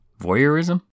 Voyeurism